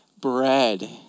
bread